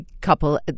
couple